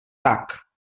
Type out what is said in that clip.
tak